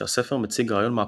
שהספר מציג רעיון מהפכני,